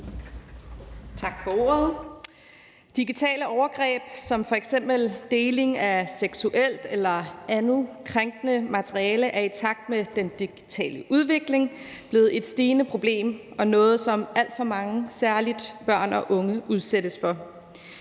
Tak for ordet. Digitale overgreb som f.eks. deling af seksuelt eller andet krænkende materiale er i takt med den digitale udvikling blevet et stigende problem og noget, som alt for mange, særlig børn og unge, udsættes for.